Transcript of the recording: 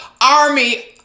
army